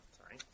sorry